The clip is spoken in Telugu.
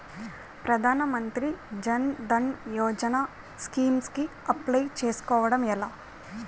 ప్రధాన మంత్రి జన్ ధన్ యోజన స్కీమ్స్ కి అప్లయ్ చేసుకోవడం ఎలా?